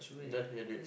just graduate